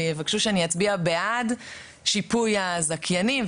ויבקשו שאני אצביע בעד שיפוי הזכיינים,